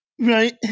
Right